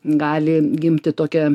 gali gimti tokia